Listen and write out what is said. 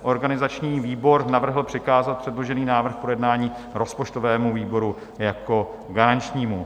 Organizační výbor navrhl přikázat předložený návrh k projednání rozpočtovému výboru jako garančnímu.